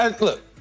Look